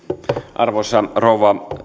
arvoisa rouva